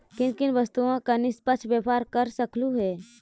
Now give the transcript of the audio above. किन किन वस्तुओं का निष्पक्ष व्यापार कर सकलू हे